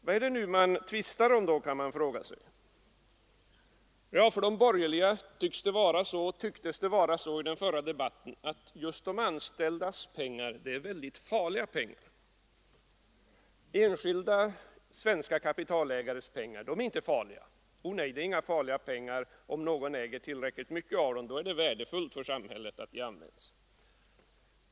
Vad tvistar man då om? För de borgerliga tycktes det vara så i den förra debatten att just de anställdas pengar är mycket farliga pengar. Enskilda svenska kapitalägares pengar är inte farliga. Oh nej, det är inga farliga pengar; om någon äger tillräckligt mycket pengar är det värdefullt för samhället att de används.